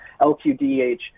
LQDH